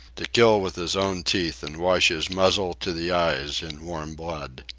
to kill with his own teeth and wash his muzzle to the eyes in warm blood.